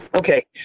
Okay